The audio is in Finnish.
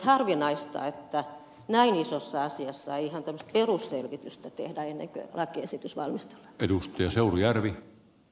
harvinaista että näin isossa asiassa ei ihan tämmöistä perusselvitystä tehdä ennen kuin lakiesitys valmistellaan